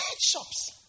shops